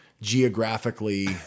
geographically